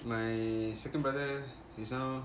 my second brother is now